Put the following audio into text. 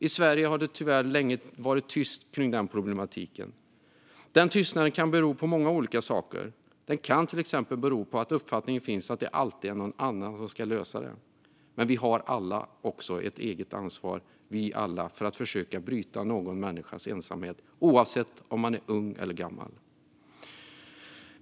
I Sverige har det tyvärr länge varit tyst kring den problematiken. Den tystnaden kan bero på många olika saker, till exempel att det finns en uppfattning att det alltid är någon annan som ska lösa problem. Men vi har alla ett eget ansvar att försöka bryta någon människas ensamhet, oavsett om man är ung eller gammal.